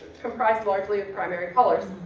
comprised largely of primary colors,